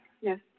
Yes